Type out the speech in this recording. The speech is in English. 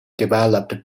developed